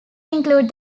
include